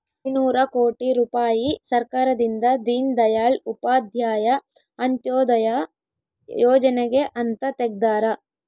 ಐನೂರ ಕೋಟಿ ರುಪಾಯಿ ಸರ್ಕಾರದಿಂದ ದೀನ್ ದಯಾಳ್ ಉಪಾಧ್ಯಾಯ ಅಂತ್ಯೋದಯ ಯೋಜನೆಗೆ ಅಂತ ತೆಗ್ದಾರ